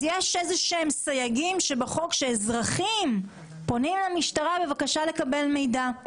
אז יש איזשהם סייגים בחוק שאזרחים פונים למשטרה בבקשה לקבל מידע.